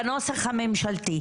בנוסח הממשלתי.